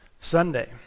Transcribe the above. Sunday